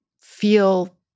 feel